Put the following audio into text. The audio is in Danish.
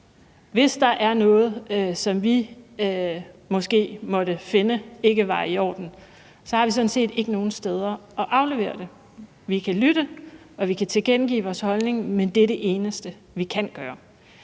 Hvis der er noget, som vi måske måtte finde ikke var i orden, har vi sådan set ikke nogen steder at aflevere det. Vi kan lytte, og vi kan tilkendegive vores holdning, men det er det eneste, vi kan gøre.